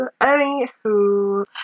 Anywho